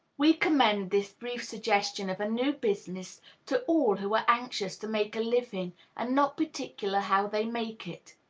we commend this brief suggestion of a new business to all who are anxious to make a living and not particular how they make it.